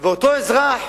ואותו אזרח